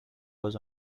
was